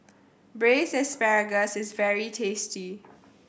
Braised Asparagus is very tasty